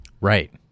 Right